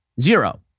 zero